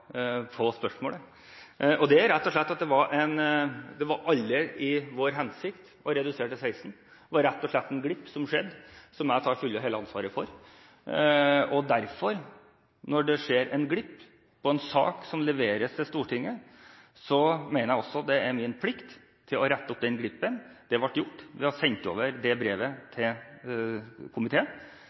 Det er rett og slett at det aldri var vår hensikt å redusere til 16 år. Det var rett og slett en glipp som skjedde, som jeg tar det hele og fulle ansvaret for. Og når det skjer en glipp i en sak som leveres til Stortinget, mener jeg også det er min plikt å rette opp den glippen. Det ble gjort. Det brevet ble sendt over til komiteen, og komiteen – og et samlet storting – har forholdt seg til